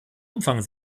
umfang